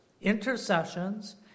intercessions